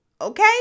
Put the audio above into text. Okay